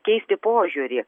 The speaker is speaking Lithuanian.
keisti požiūrį